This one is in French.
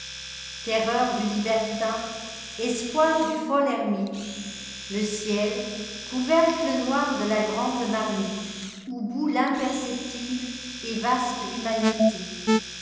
terreur du libertin espoir du fol ermite le ciel couvercle noir de la grande marmiteoù bout l'imperceptible et vaste humanité